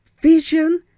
vision